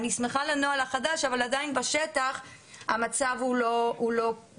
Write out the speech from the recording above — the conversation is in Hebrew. אני שמחה על הנוהל החדש אבל עדיין בשטח המצב הוא לא כך.